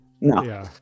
No